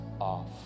off